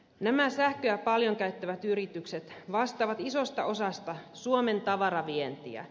nämä sähköä paljon käyttävät yritykset vastaavat isosta osasta suomen tavaravientiä